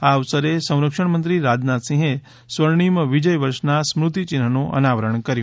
આ અવસરે સંરક્ષણમંત્રી રાજનાથસિંહે સ્વર્ણિમ વિજય વર્ષના સ્મૃતિ ચિન્ઠનું અનાવરણ કર્યું